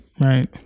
right